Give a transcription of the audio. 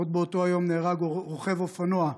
עוד באותו היום נהרג רוכב אופנוע,